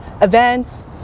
events